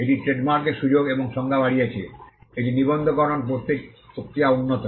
এটি ট্রেডমার্কের সুযোগ এবং সংজ্ঞা বাড়িয়েছে এটি নিবন্ধকরণ প্রক্রিয়া উন্নত